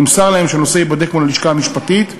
נמסר להם שהנושא ייבדק מול הלשכה המשפטית,